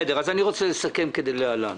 אני רוצה לסכם כדלהלן.